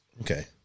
Okay